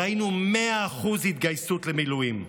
ראינו 100% התגייסות למילואים.